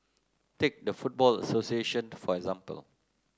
take the football association for example